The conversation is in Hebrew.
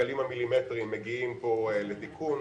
הגלים המילימטריים מגיעים לכאן לתיקון.